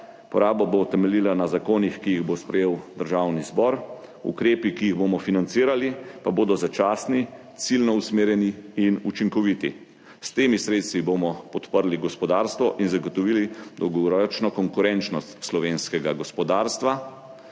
poraba bo temeljila na zakonih, ki jih bo sprejel Državni zbor, ukrepi ki jih bomo financirali, pa bodo začasni, ciljno usmerjeni in učinkoviti. S temi sredstvi bomo podprli gospodarstvo in zagotovili dolgoročno konkurenčnost slovenskega gospodarstva.